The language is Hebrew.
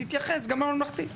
תתייחס גם לממלכתי.